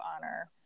honor